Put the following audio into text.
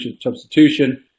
substitution